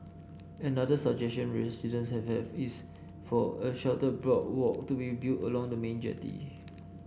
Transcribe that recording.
another suggestion residents have have is for a shelter boardwalk to be built along the main jetty